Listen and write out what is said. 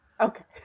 okay